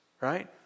right